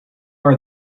are